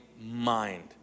mind